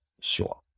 sure